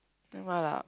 never mind lah